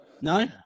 No